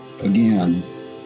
again